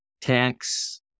tax